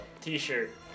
t-shirt